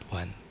one